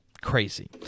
crazy